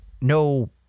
no